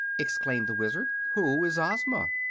exclaimed the wizard. who is ozma?